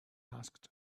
asked